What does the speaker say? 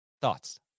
Thoughts